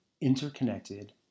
interconnected